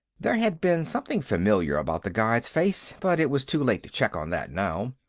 there had been something familiar about the guide's face, but it was too late to check on that, now.